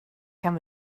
kan